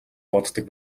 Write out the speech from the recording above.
боддог